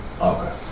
Okay